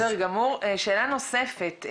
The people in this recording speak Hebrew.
שאלה נוספת.